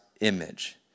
image